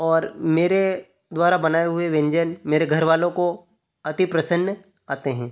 और मेरे द्वारा बनाए हुए व्यंजन मेरे घरवालों को अति प्रसन्न आते हैं